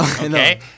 Okay